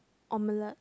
omelette